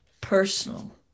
personal